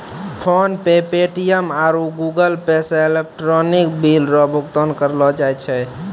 PhonePe Paytm आरु Google Pay से electronic bill रो भुगतान करलो जाय छै